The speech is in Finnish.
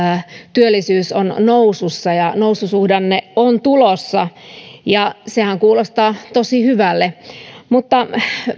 työllisyys on nousussa ja noususuhdanne on tulossa ja sehän kuulostaa tosi hyvälle mutta